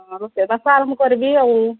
ହଁ ରୋଷେଇବାସ ଆରମ୍ଭ କରିବି ଆଉ